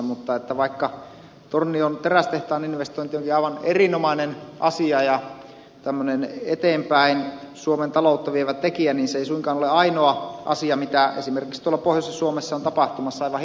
mutta vaikka tornion terästehtaan investointi oli aivan erinomainen asia ja tämmöinen suomen taloutta eteenpäin vievä tekijä niin se ei suinkaan ole ainoa asia mitä esimerkiksi tuolla pohjoisessa suomessa on tapahtumassa